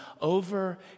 over